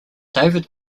david